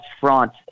front